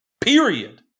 Period